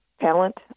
talent